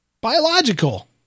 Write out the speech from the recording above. biological